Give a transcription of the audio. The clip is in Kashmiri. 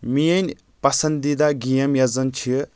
میٲنۍ پسندیدہ گیم یۄس زن چھِ